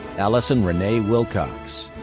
alison renae wilcox.